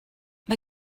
mae